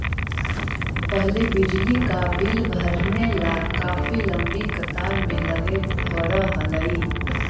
पहले बिजली का बिल भरने ला काफी लंबी कतार में लगे पड़अ हलई